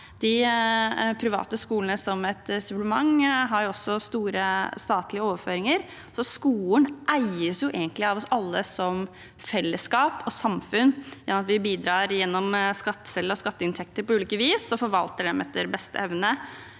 De private skolene, som et supplement, har også store statlige overføringer. Så skolen eies egentlig av oss alle, som fellesskap og samfunn, ved at vi bidrar gjennom skatteseddelen og skatteinntekter på ulikt vis, og forvalter inntektene etter beste evne